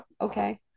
okay